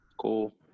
Cool